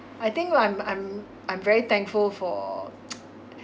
I think I'm I'm I'm very thankful for